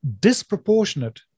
disproportionate